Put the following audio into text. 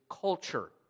culture